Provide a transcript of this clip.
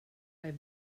have